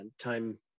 time